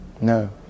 No